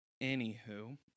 Anywho